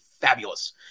fabulous